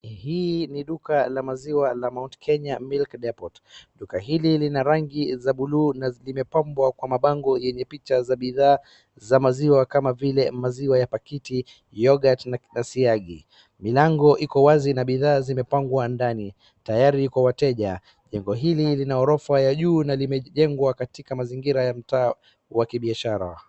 Hii ni duka la maziwa la Mount Kenya Milk Depot , duka hili lina rangi za buluu na imepambwa kwa mabango yenye picha za mabidhaa za maziwa kama vile maziwa ya pakiti, yorghut na kisiagi, milango iko wazi na bidhaa zimepangwa ndani, tayari kwa wateja, jengo hili lina orofa ya juu na limejengwa katika mazingira ya mtaa wa kibiashara.